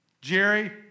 Jerry